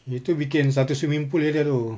itu bikin satu swimming pool saja tu